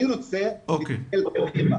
אני רוצה לטפל בפרספקטיבה,